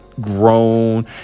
grown